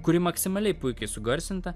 kuri maksimaliai puikiai sugarsinta